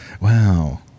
Wow